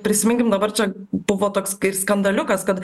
prisiminkim dabar čia buvo toks kaip skandaliukas kad